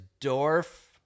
dorf